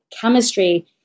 chemistry